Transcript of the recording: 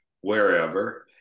wherever